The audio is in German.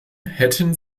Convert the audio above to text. hätten